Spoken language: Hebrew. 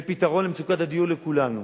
יהיה פתרון למצוקת הדיור לכולנו.